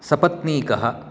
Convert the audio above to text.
सपत्नीकः